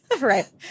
right